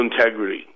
integrity